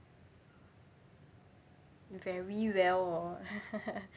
very well hor